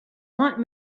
want